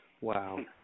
Wow